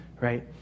right